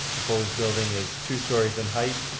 proposed building is two stories in height.